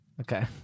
Okay